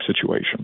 situation